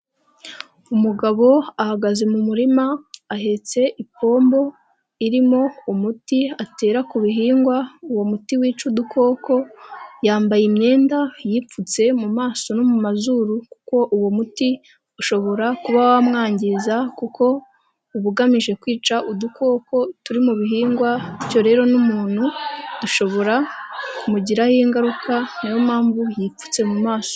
Umugabo ahagaze mu murima ahetse ipombo irimo umuti atera ku bihingwa uwo muti wica udukoko, yambaye imyenda yipfutse mu maso no mu mazuru kuko uwo muti ushobora kuba wamwangiza kuko uba ugamije kwica udukoko turi mu bihingwa, bityo rero n'umuntu dushobora kumugiraho ingaruka ni yo mpamvu yipfutse mu maso.